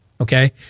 Okay